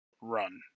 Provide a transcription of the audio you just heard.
run